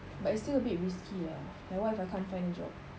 but it's still a bit risky ah like what if I can't find a job